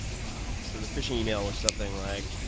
wow. so the fishing email was something like.